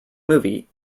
movie